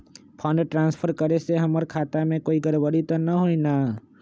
Fund transfer करे से हमर खाता में कोई गड़बड़ी त न होई न?